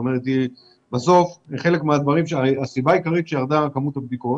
בסוף הסיבה העיקרית שכמות הבדיקות